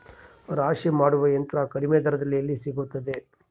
ರಾಶಿ ಮಾಡುವ ಯಂತ್ರ ಕಡಿಮೆ ದರದಲ್ಲಿ ಎಲ್ಲಿ ಸಿಗುತ್ತದೆ?